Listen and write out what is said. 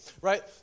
right